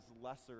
lesser